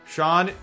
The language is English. Sean